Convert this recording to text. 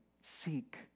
Seek